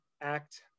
act